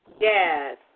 Yes